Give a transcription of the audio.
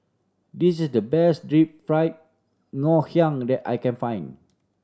this is the best Deep Fried Ngoh Hiang that I can find